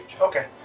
Okay